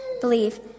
believe